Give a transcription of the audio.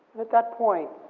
and at that point,